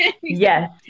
Yes